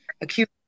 acute